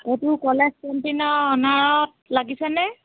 এইটো কলেজ কেণ্টনৰ অ'নাৰত লাগিছেনে